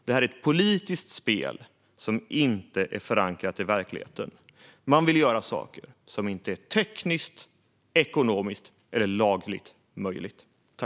Det här är ett politiskt spel som inte är förankrat i verkligheten. Man vill göra saker som inte är tekniskt, ekonomiskt eller lagligt möjliga.